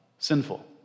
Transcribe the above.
Sinful